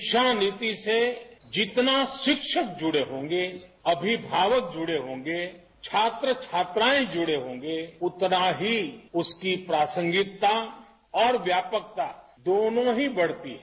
शिक्षा नीति से जितना शिक्षक जुड़े होंगे अभिभावक जुड़े होंगे छात्र छात्राएं जुड़े होंगे उतना ही उसकी प्रासंगिकता और व्यापकता दोनों ही बढ़ती है